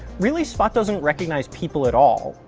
really spot doesn't recognize people at all.